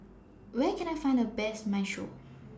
Where Can I Find The Best Minestrone